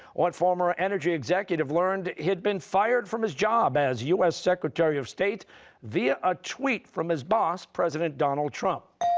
what former energy executive learned he'd been fired from his job as u s. secretary of state via a tweet from his boss, president donald trump?